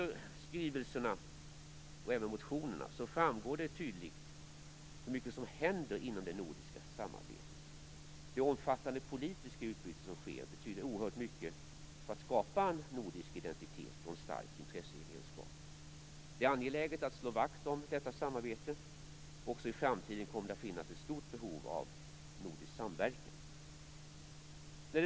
Av skrivelserna och även motionerna framgår tydligt hur mycket som händer inom det nordiska samarbetet. Det omfattande politiska utbyte som sker betyder oerhört mycket för att skapa en nordisk identitet och en stark intressegemenskap. Det är angeläget att slå vakt om detta samarbete. Också i framtiden kommer det att finnas ett stort behov av nordisk samverkan.